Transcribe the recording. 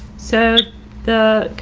so the